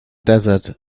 desert